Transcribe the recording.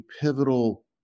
pivotal